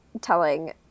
telling